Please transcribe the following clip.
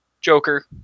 Joker